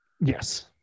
Yes